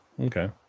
Okay